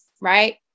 right